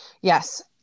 Yes